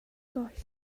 goll